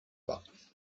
pas